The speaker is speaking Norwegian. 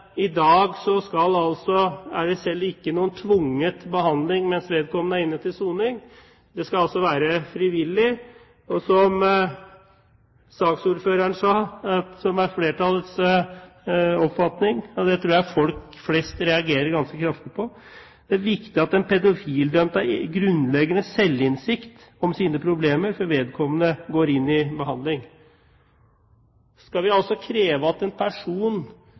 er inne til soning. Det skal være frivillig. Saksordføreren sa – som er flertallets oppfatning, og som jeg tror folk flest reagerer ganske kraftig på – at det er viktig at den pedofilidømte har grunnleggende selvinnsikt om sine problemer før vedkommende går inn i behandling. Skal vi kreve dette av en person